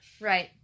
Right